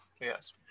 Yes